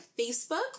Facebook